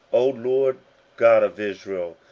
o lord god of israel,